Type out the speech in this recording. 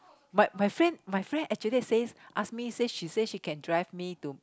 but my friend my friend actually says ask me ask she say she can drive me to